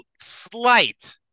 slight